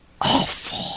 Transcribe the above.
awful